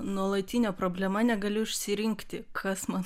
nuolatinė problema negaliu išsirinkti kas man